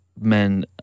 men